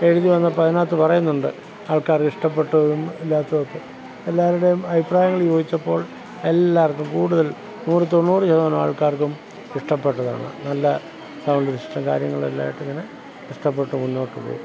എഴുതി വന്നപ്പം അതിനകത്ത് പറയുന്നുണ്ട് ആൾക്കാർക്ക് ഇഷ്ടപ്പെട്ടതും ഇല്ലാത്തതും ഒക്കെ എല്ലാവരുടേയും അഭിപ്രായങ്ങൾ ചോദിച്ചപ്പോൾ എല്ലാവർക്കും കൂടുതൽ നൂറിൽ തൊണ്ണൂറ് ശതമാനം ആൾക്കാർക്കും ഇഷ്ടപ്പെട്ടതാണ് നല്ല സൗണ്ടിൽ ഇഷ്ടം കാര്യങ്ങളെല്ലാമായിട്ട് ഇങ്ങനെ ഇഷ്ടപ്പെട്ടു മുന്നോട്ടുപോയി